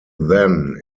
then